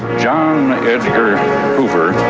john edgar hoover